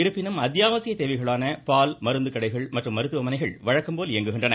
இருப்பினும் அத்தியாவசிய தேவைகளான பால் மருந்துக்கடைகள் மற்றும் மருத்துவமனைகள் வழக்கம்போல் இயங்குகின்றன